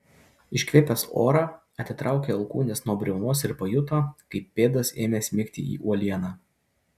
iškvėpęs orą atitraukė alkūnes nuo briaunos ir pajuto kaip pėdos ėmė smigti į uolieną